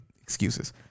Excuses